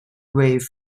wave